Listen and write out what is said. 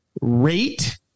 rate